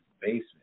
Basement